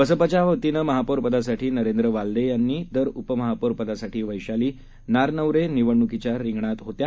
बसपाच्या वतीनं महापौरपदासाठी नरेंद्र वालदे यांनी तर उपमहापौर पदासाठी वैशाली नारनवरे निवडणुकीच्या रिंगणात होत्या